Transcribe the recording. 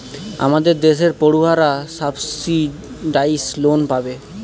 আমাদের দেশের পড়ুয়ারা সাবসিডাইস লোন পাবে